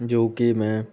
ਜੋ ਕਿ ਮੈਂ